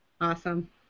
Awesome